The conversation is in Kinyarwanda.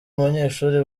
banyeshuri